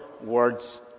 words